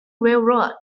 railroad